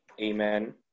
Amen